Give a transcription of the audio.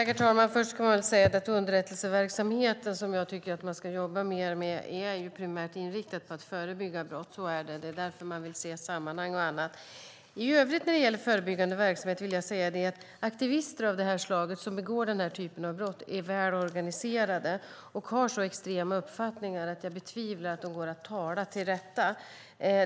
Herr talman! Den underrättelseverksamhet som jag tycker att man ska jobba mer med är ju primärt inriktad på att förebygga brott. Det är därför man vill se sammanhang och annat. I övrigt när det gäller förebyggande verksamhet vill jag säga att aktivister av det slag som begår denna typ av brott är väl organiserade och har så extrema uppfattningar att jag betvivlar att de går att tala till rätta.